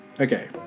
Okay